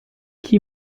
chi